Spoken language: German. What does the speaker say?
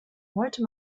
heute